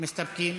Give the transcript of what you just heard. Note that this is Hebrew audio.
מסתפקים.